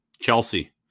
Chelsea